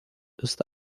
ist